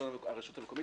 הרשות המקומית,